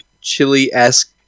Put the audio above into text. chili-esque